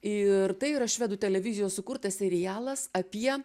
ir tai yra švedų televizijos sukurtas serialas apie